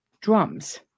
drums